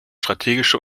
strategische